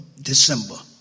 December